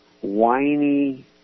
whiny